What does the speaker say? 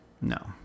No